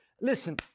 Listen